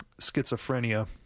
schizophrenia